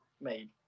made